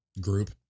group